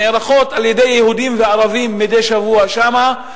הנערכות על-ידי יהודים וערבים מדי שבוע שם,